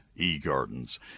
eGardens